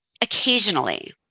Occasionally